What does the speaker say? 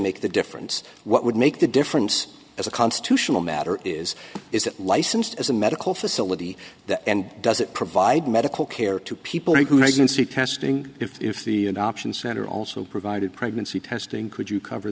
make the difference what would make the difference as a constitutional matter is is that licensed as a medical facility and does it provide medical care to people who didn't see testing if the an option center also provided pregnancy testing could you cover